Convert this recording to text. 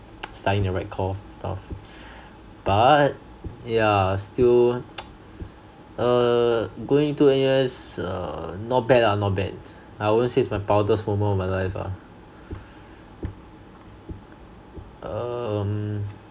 studying the right course and stuff but yeah still err going to N_U_S err not bad lah not bad I won't say is my proudest moment of my life lah um